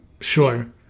sure